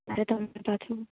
એટલે તમે ત્યાંથી